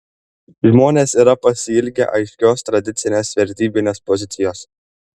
žmonės yra pasiilgę aiškios tradicinės vertybinės pozicijos